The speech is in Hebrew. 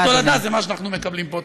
התולדה זה מה שאנחנו מקבלים פה.